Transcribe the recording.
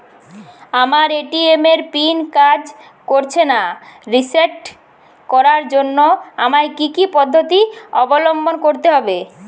আমার এ.টি.এম এর পিন কাজ করছে না রিসেট করার জন্য আমায় কী কী পদ্ধতি অবলম্বন করতে হবে?